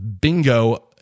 Bingo